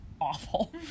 Awful